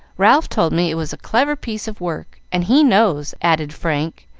ralph told me it was a clever piece of work, and he knows, added frank,